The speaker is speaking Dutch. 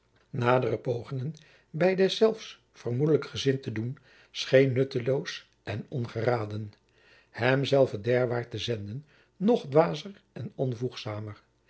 nadere pogingen bij deszelfs vermoedelijk gezin te doen scheen nutteloos en ongeraden hem zelven derwaart te zenden nog dwazer en onvoegzamer